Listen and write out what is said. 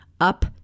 up